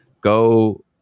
go